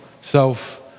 self